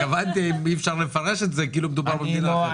התכוונתי אם אי אפשר לפרש את זה כאילו מדובר במדינה אחרת.